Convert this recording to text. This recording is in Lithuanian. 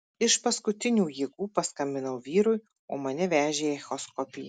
iš paskutinių jėgų paskambinau vyrui o mane vežė echoskopijai